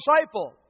disciple